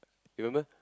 remember